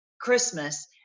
Christmas